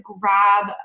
grab